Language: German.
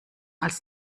als